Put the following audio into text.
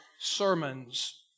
sermons